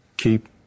keep